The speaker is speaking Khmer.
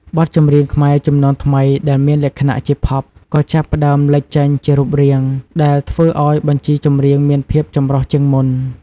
បទចម្រៀងខ្មែរជំនាន់ថ្មីដែលមានលក្ខណៈជា ផប់ ក៏ចាប់ផ្តើមលេចចេញជារូបរាង ដែលធ្វើឱ្យបញ្ជីចម្រៀងមានភាពចម្រុះជាងមុន។